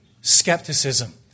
skepticism